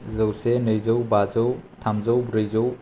जौसे नैजौ बाजौ थामजौ ब्रैजौ